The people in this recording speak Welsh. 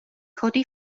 codi